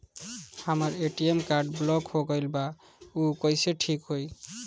हमर ATM card block हो गईल बा ऊ कईसे ठिक होई?